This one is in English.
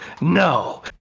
No